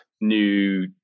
new